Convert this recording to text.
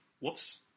Whoops